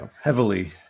heavily